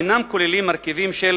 אינן כוללות מרכיבים של